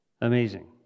Amazing